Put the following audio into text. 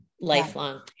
lifelong